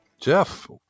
jeff